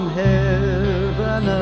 heaven